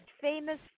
famous